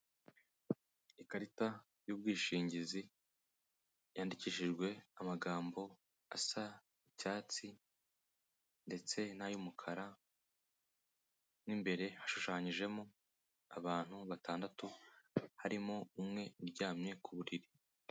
Ikarita yubwishingizi yandikishijwe amagambo asa icyatsi ndetse n'ay'umukara, mo imbere hashushanyijemo abantu batandatu harimo umwe uryamye ku buriri.